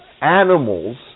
animals